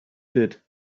did